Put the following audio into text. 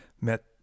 met